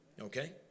Okay